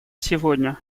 сегодня